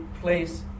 place